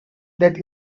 that